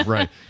Right